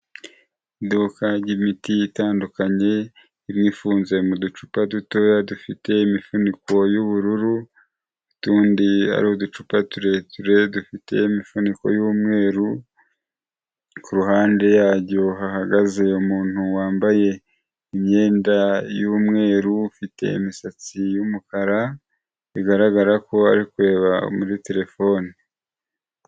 Iduka ry'imiti itandukanye, imwe ifunze mu ducupa dutoya dufite imifuniko y'ubururu, utundi ari uducupa tureture dufite imifuniko y'umweru, ku ruhande yaryo hahagaze umuntu wambaye imyenda y'umweru, ufite imisatsi y'umukara, bigaragara ko ari kureba muri terefone.